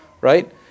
right